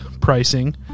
pricing